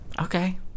Okay